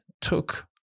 took